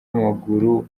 w’amaguru